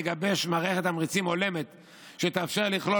יגבש מערכת תמריצים הולמת שתאפשר לכלול